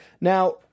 Now